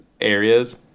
Areas